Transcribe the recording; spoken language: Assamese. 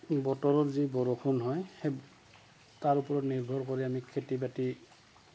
বতৰৰ যি বৰষুণ হয় সেই তাৰ ওপৰত নিৰ্ভৰ কৰি আমি খেতি বাতি